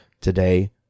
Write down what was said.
today